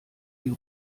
die